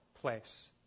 place